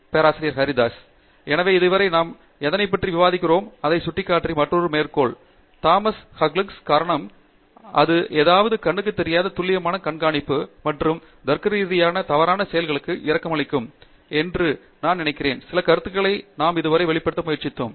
பேராசிரியர் பிரதாப் ஹரிதாஸ் எனவே இதுவரை நாம் எதனைப் பற்றி விவாதிக்கிறோமோ அதைச் சுட்டிக்காட்டும் மற்றொரு மேற்கோள் தாமஸ் ஹக்ஸ்லிக்கு காரணம் அது அதாவது கண்ணுக்குத் தெரியாத துல்லியமான கண்காணிப்பு மற்றும் தர்க்கரீதியாக தவறான செயல்களுக்கு இரக்கமளிக்கும் எனவே நான் நினைக்கிறேன் சில கருத்துக்களை நாம் இதுவரை வெளிப்படுத்த முயற்சித்தோம்